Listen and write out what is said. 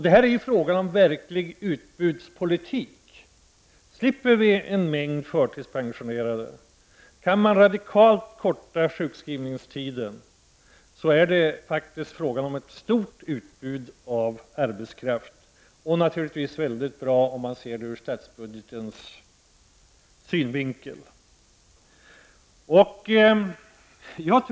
Det här är fråga om verklig utbudspolitik: Slipper vi en mängd förtidspensioneringar och kan man radikalt korta sjukskrivningstiden är det faktiskt ett stort ytterligare utbud av arbetskraft, och det är naturligtvis väldigt bra om man ser det ur statsbudgetens synvinkel.